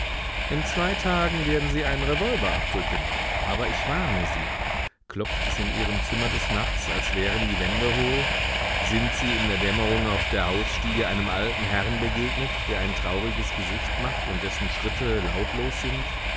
in zwei tagen werden sie einen revolver abdrücken aber ich warne sie klopft es in ihrem zimmer des nachts als wären die wände hohl sind sie in der dämmerung auf der hausstiege einem alten herrn begegnet der ein trauriges gesicht macht und dessen schritte lautlos sind